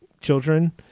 children